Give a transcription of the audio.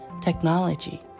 technology